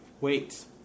wait